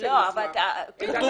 נותנים